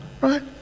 right